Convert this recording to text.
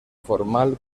formal